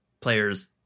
players